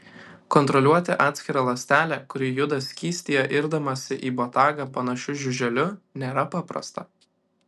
kontroliuoti atskirą ląstelę kuri juda skystyje irdamasi į botagą panašiu žiuželiu nėra paprasta